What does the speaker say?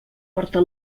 porta